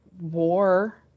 war